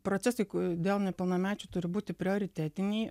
procesai dėl nepilnamečių turi būti prioritetiniai